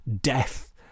death